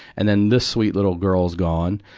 and then this sweet little girl's gone.